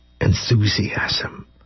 enthusiasm